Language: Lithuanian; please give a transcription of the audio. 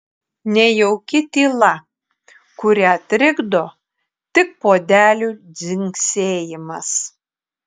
nejauki tyla kurią trikdo tik puodelių dzingsėjimas